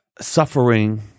suffering